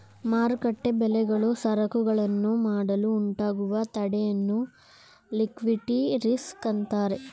ಮಾರುಕಟ್ಟೆ ಬೆಲೆಗಳು ಸರಕುಗಳನ್ನು ಮಾಡಲು ಉಂಟಾಗುವ ತಡೆಯನ್ನು ಲಿಕ್ವಿಡಿಟಿ ರಿಸ್ಕ್ ಅಂತರೆ